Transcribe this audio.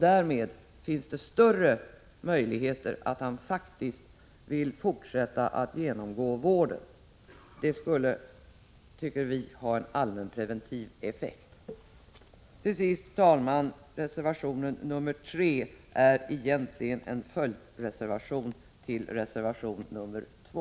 Därmed finns det större möjligheter att han faktiskt vill fortsätta att genomgå vården. Det skulle, tycker vi, ha en allmänpreventiv effekt. Till sist, herr talman: Reservation 3 är egentligen en följdreservation till reservation 2.